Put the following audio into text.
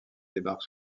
débarque